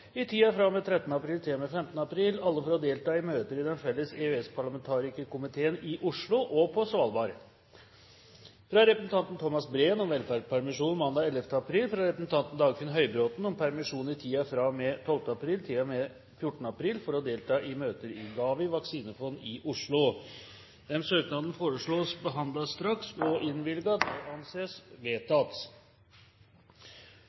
i tiden fra og med 13. april til og med 15. april – alle for å delta i møter i Den felles EØS-parlamentarikerkomiteen i Oslo og på Svalbard fra representanten Thomas Breen om velferdspermisjon mandag 11. april fra representanten Dagfinn Høybråten om permisjon i tiden fra og med 12. april til og med 14. april for å delta i møter i GAVI vaksinefond i Oslo Disse søknadene foreslås behandlet straks og innvilget. – Det anses